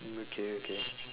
okay okay